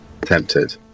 Tempted